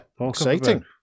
exciting